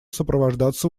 сопровождаться